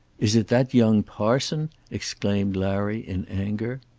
is it that young parson? exclaimed larry, in anger.